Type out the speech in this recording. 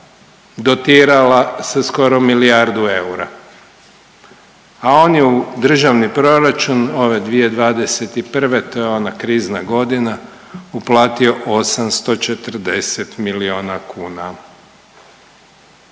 dotirala sa skoro milijardu eura, a on je u državni proračun ove 2021., to je ona krizna godina, uplatio 840 milijuna kuna.